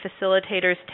Facilitators